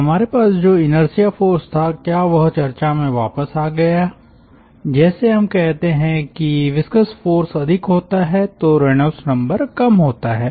छात्रसर हमारे पास जो इनर्शिया फ़ोर्स था क्या वह चर्चा में वापस आ गया जैसे हम कहते है की विस्कस फ़ोर्स अधिक होता है तो रेनॉल्ड्स नंबर कम होता है